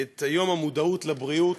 את יום המודעות לבריאות.